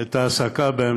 את ההעסקה הישירה,